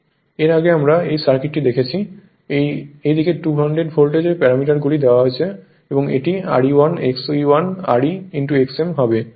এর আগে আমরা এই সার্কিটটি দেখেছি এই দিকে 200 ভোল্টের প্যারামিটার দেওয়া হয়েছে এবং এটি R e 1 X e 1 R c X m